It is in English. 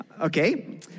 Okay